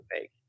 make